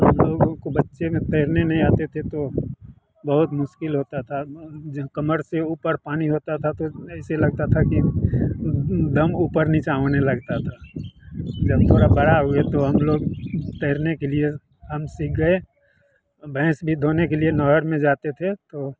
हम लोगों को बच्चे में तैरने नहीं आते थे तो बहुत मुश्किल होती है जब कमर से ऊपर पानी होता था तो ऐसे लगता था ऐसे लगता था कि दम ऊपर निचे होने लगता था जब थोड़े बड़े हुए तो हम लोग तैरने के लिए हम सीख गए भैंस भी धोने के लिए नहर में जाते थे तो